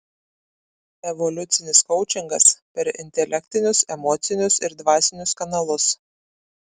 evoliucinis koučingas per intelektinius emocinius ir dvasinius kanalus